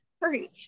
hurry